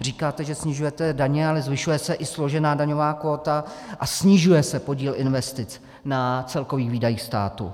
Říkáte, že snižujete daně, ale zvyšuje se i složená daňová kvóta a snižuje se podíl investic na celkových výdajích státu.